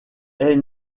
est